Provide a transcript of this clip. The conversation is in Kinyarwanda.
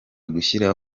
gushyira